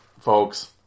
folks